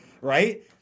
right